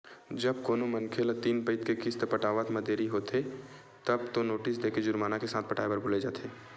जब कोनो मनखे ल तीन पइत के किस्त पटावब म देरी होगे तब तो नोटिस देके जुरमाना के साथ पटाए बर बोले जाथे